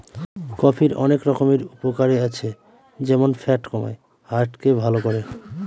কফির অনেক রকমের উপকারে আছে যেমন ফ্যাট কমায়, হার্ট কে ভালো করে